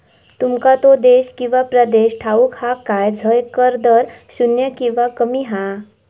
तुमका तो देश किंवा प्रदेश ठाऊक हा काय झय कर दर शून्य किंवा कमी हा?